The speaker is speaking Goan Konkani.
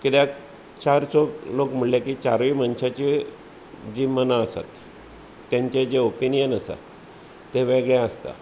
कित्याक चार चौग लोक म्हणले की चारुय मनशाची जी मनां आसात तेंचे जे ओपिनियन आसा ते वेगळें आसतां